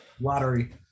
lottery